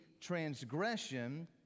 transgression